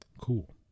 cool